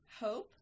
hope